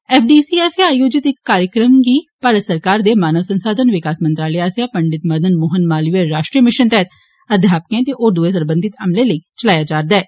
F D C आस्सेआ आयोजित इक कार्यक्रम गी भारत सरकार दे मानव संसाधन विकास मंत्रालय आस्सेआ पंडित मदन मोहन मालविया राष्ट्रीय मिशन तैह्त अध्यापकें ते होर दुए सरबंधी अमले लेई चलाया गेआ ऐ